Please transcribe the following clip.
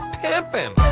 pimping